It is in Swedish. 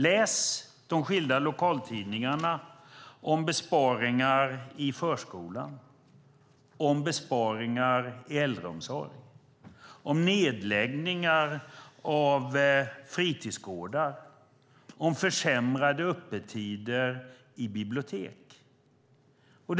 Läs i de olika lokaltidningarna om besparingar i förskola och äldreomsorg, om nedläggningar av fritidsgårdar och om försämrade öppettider på biblioteken!